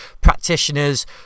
practitioners